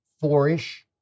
four-ish